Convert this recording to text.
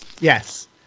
Yes